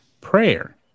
prayer